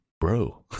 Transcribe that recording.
bro